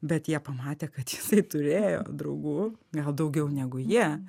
bet jie pamatė kad jisai turėjo draugų gal daugiau negu jie